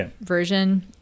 version